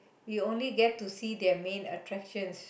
you only get to see their main attractions